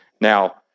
Now